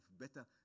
better